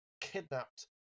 kidnapped